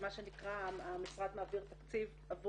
המשרד מעביר תקציב,